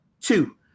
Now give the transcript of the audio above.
two